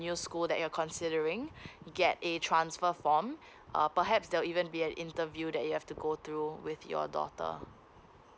new school that you're considering get a transfer form um perhaps there'll even be an interview that you have to go through with your daughter